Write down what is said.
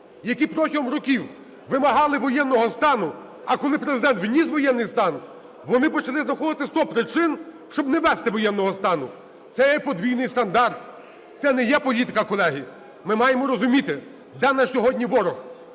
які протягом років вимагали воєнного стану, а коли Президент вніс воєнний стан, вони почали знаходити 100 причин, щоб не ввести воєнного стану. Це є подвійний стандарт, це не є політика, колеги. Ми маємо розуміти, де наш сьогодні ворог.